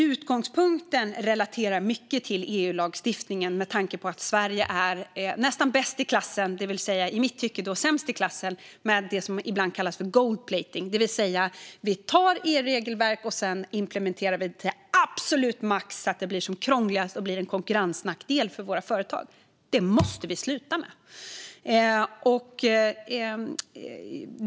Utgångspunkten relaterar mycket till EU-lagstiftningen, med tanke på att Sverige är nästan bäst i klassen - det vill säga i mitt tycke sämst i klassen - med det som ibland kallas gold-plating, nämligen att vi tar ett EU-regelverk och implementerar det till absolut max så att det blir som allra krångligast och blir en konkurrensnackdel för våra företag. Det måste vi sluta med!